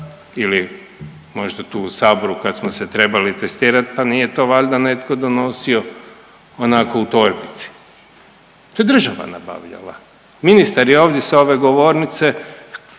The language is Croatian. ili možda tu u saboru kad smo se trebali testirat, pa nije to valjda netko donosio onako u torbici, to je država nabavljala. Ministar je ovdje s ove govornice